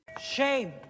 shame